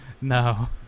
no